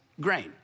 grain